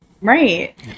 Right